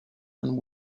and